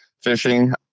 fishing